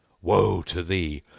woe to thee!